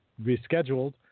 rescheduled